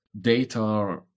Data